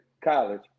college